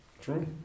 True